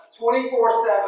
24-7